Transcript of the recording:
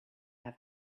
have